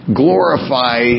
glorify